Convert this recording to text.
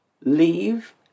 leave